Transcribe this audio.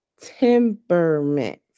temperament